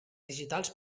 digitals